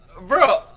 Bro